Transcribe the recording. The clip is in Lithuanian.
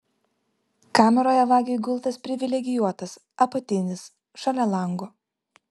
kameroje vagiui gultas privilegijuotas apatinis šalia lango